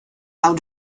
how